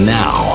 now